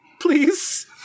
please